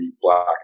black